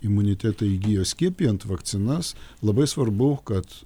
imunitetą įgijo skiepijant vakcinas labai svarbu kad